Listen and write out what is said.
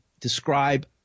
describe